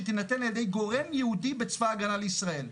שתינתן לידי גורם ייעודי בצבא ההגנה לישראל.